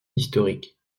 historiques